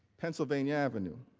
pennsylvania avenue.